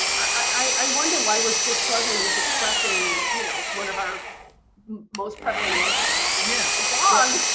i wonder why we're still struggling with expressing you know, one of our most prevalent emotions. yeah. dogs.